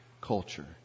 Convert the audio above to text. culture